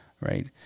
right